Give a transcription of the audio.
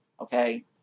Okay